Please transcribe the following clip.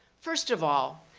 first of all,